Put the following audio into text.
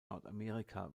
nordamerika